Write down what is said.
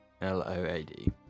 L-O-A-D